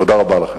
תודה רבה לכם.